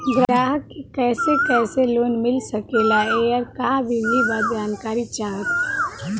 ग्राहक के कैसे कैसे लोन मिल सकेला येकर का विधि बा जानकारी चाहत बा?